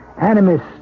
Animists